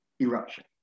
eruption